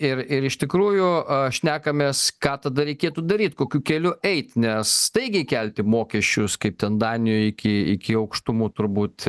ir ir iš tikrųjų šnekamės ką tada reikėtų daryt kokiu keliu eit nes staigiai kelti mokesčius kaip ten danijoj iki iki aukštumų turbūt